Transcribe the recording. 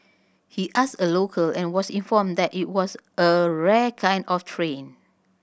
he asked a local and was informed that it was a rare kind of train